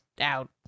out